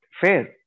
fair